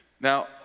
Now